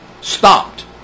stopped